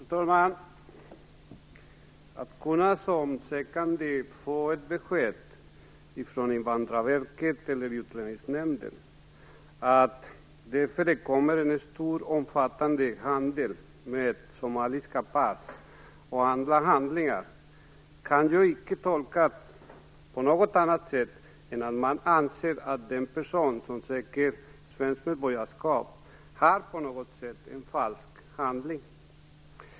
Fru talman! Att som sökande kunna få beskedet från Invandrarverket eller Utlänningsnämnden att det förekommer en omfattande handel med somaliska pass och andra handlingar kan icke tolkas på annat sätt än att man anser att den person som ansöker om svenskt medborgarskap på något sätt har en falsk handling.